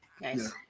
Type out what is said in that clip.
Nice